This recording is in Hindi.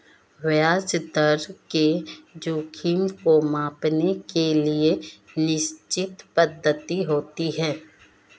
ब्याज दर के जोखिम को मांपने के लिए निश्चित पद्धति होती है